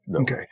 Okay